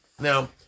Now